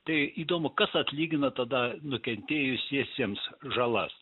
tai įdomu kas atlygina tada nukentėjusiesiems žalas